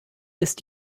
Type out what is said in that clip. ist